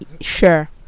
Sure